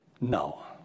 No